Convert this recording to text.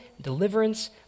deliverance